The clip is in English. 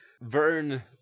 Vern